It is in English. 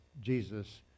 Jesus